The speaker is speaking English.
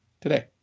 today